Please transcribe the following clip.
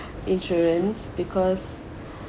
insurance because